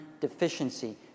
deficiency